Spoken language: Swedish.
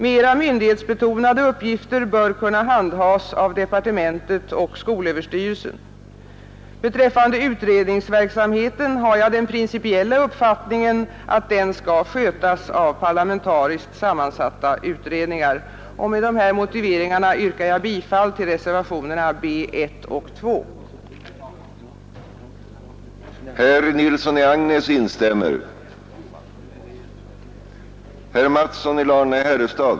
Mera myndighetsbetonade uppgifter bör kunna handhas av departementet och skolöverstyrelsen. Beträffande utredningsverksamheten har jag den principiella uppfattningen att den skall skötas av parlamentariskt sammansatta utredningar. Med dessa motiveringar yrkar jag bifall till reservationerna B 1 och 2.